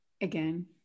Again